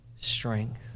strength